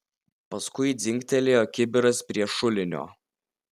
paskui dzingtelėjo kibiras prie šulinio